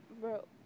bro